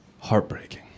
Heartbreaking